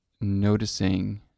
noticing